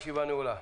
הישיבה נעולה.